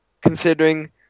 considering